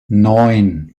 neun